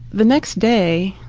the next day,